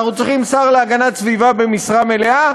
אנחנו צריכים שר להגנת הסביבה במשרה מלאה,